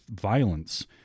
violence